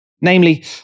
namely